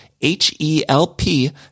H-E-L-P